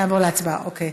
נעבור להצבעה, אוקיי.